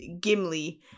gimli